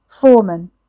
Foreman